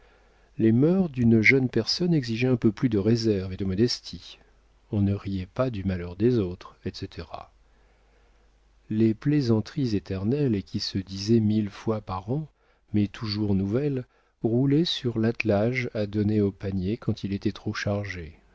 les mœurs d'une jeune personne exigeaient un peu plus de réserve et de modestie on ne riait pas du malheur des autres etc les plaisanteries éternelles et qui se disaient mille fois par an mais toujours nouvelles roulaient sur l'attelage à donner au panier quand il était trop chargé